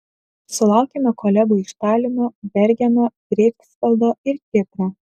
sulaukėme kolegų iš talino bergeno greifsvaldo ir kipro